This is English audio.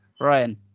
Ryan